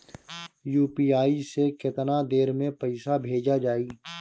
UPI से केतना देर मे पईसा भेजा जाई?